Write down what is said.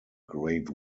grade